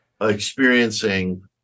experiencing